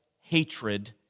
hatred